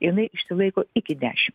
jinai išsilaiko iki dešim